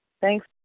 Thanks